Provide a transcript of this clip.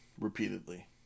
Repeatedly